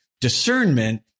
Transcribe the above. discernment